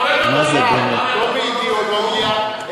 האחדות נובעת לא מאידיאולוגיה,